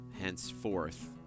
henceforth